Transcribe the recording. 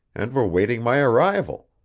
and were waiting my arrival.